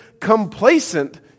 complacent